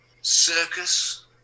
Circus